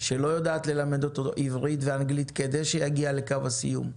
ללמד אותם עברית ואנגלית כדי שיגיעו לקו הסיום.